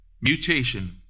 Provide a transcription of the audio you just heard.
Mutation